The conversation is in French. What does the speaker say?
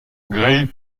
gray